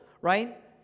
right